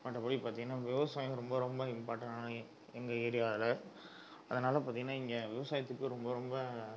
மற்றபடி பார்த்தீங்கன்னா விவசாயமும் ரொம்ப ரொம்ப இம்பார்ட்டணான எ எங்கள் ஏரியாவில் அதனால் பார்த்தீங்கன்னா இங்கே விவசாயத்துக்கு ரொம்ப ரொம்ப